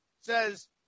says